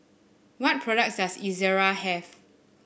what products does Ezerra have